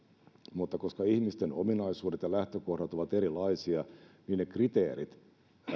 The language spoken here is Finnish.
mutta koska ihmisten ominaisuudet ja lähtökohdat ovat erilaisia kriteerit